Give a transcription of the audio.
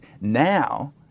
Now